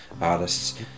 artists